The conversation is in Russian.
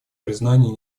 признания